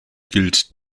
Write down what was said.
gilt